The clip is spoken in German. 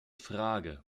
frage